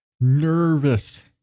nervous